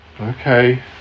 okay